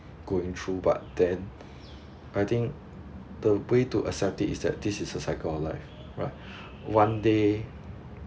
going through but then I think the way to accept it is that this is a cycle of life right one day